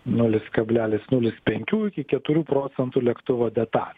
nulis kablelis nulis penkių iki keturių procentų lėktuvo detalių